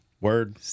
Word